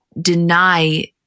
deny